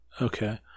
Okay